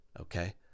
okay